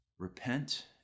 Repent